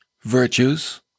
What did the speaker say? virtues